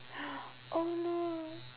oh no